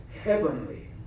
heavenly